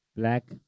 black